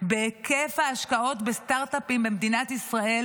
בהיקף ההשקעות בסטרטאפים במדינת ישראל,